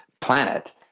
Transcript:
planet